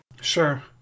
Sure